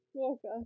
Okay